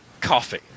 coffee